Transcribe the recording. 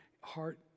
heart